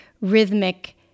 rhythmic